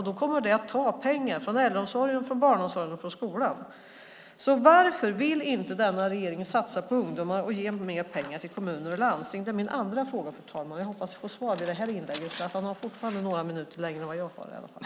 Det kommer att ta pengar från äldreomsorgen, barnomsorgen och skolan. Varför vill inte denna regering satsa på ungdomar och ge mer pengar till kommuner och landsting? Det är min andra fråga, fru talman. Jag hoppas att få svar i det här inlägget. Ministern har i varje fall några minuter längre talartid än jag har.